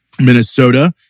Minnesota